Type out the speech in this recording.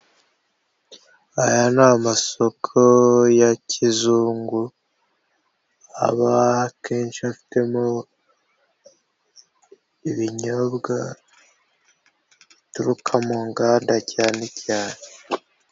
Aya ni amasoko ya kizungu, aba akenshi afitemo ibinyobwa bituruka mu nganda cyane cyane.